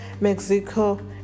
mexico